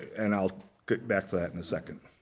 and i'll get back to that in a second.